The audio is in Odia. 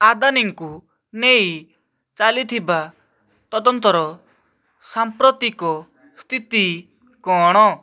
ଆଦାନିଙ୍କୁ ନେଇ ଚାଲିଥିବା ତଦନ୍ତର ସାମ୍ପ୍ରତିକ ସ୍ଥିତି କ'ଣ